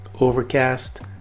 overcast